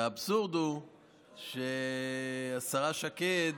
והאבסורד הוא שהשרה שקד